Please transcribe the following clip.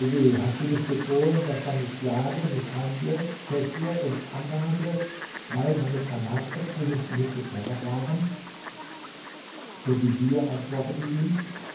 hast du nicht befohlen daß man mich schlage mißhandle fessle und annagle weil meine granatäpfel nicht genug gepfeffert waren der vezier antwortete ihm